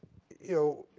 you know,